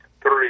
three